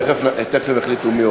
תכף יחליטו מי עולה.